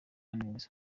neza